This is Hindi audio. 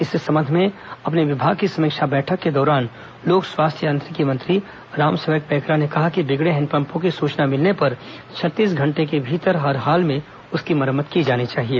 इस संबंध में अपने विभाग की समीक्षा बैठक के दौरान लोक स्वास्थ्य यांत्रिकी मंत्री रामसेवक पैंकरा ने कहा कि बिगड़े हैंडपंपों की सुचना मिलने पर छत्तीस घंटे के भीतर हर हाल में उसकी मरम्मत की जानी चाहिए